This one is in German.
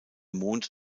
mond